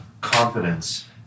confidence